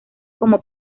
como